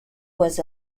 was